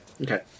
okay